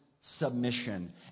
submission